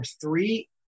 three